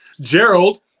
Gerald